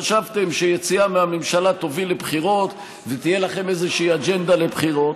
חשבתם שיציאה מהממשלה תוביל לבחירות ותהיה לכם איזושהי אג'נדה לבחירות.